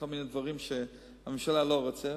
כל מיני דברים שהממשלה לא רוצה,